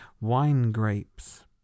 wine-grapes